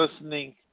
listening